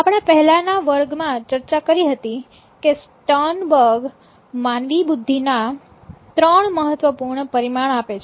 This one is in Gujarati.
આપણા પહેલાના વર્ગમાં ચર્ચા કરી હતી કે સ્ટનબર્ગ માનવ બુદ્ધિના ત્રણ મહત્વપૂર્ણ પરિમાણ આપે છે